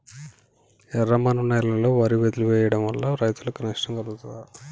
ఎర్రమన్ను నేలలో వరి వదిలివేయడం వల్ల రైతులకు నష్టం కలుగుతదా?